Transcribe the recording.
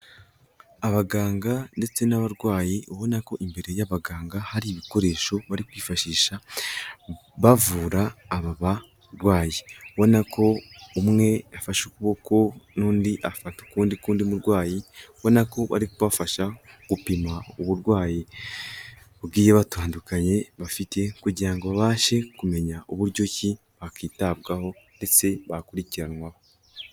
Abaganga ndetse n'abarwayi ubona ko imbere y'abaganga hari ibikoresho bari kwifashisha bavura aba barwayi. Ubonako umwe yafashe ukuboko n'undi afata ukundi k'undi murwayi ubona ko bari kubafasha gupima uburwayi bugiye butandukanye bafite kugira babashe kumenya uburyoki bakwitabwaho ndetse bakurikiranwaho.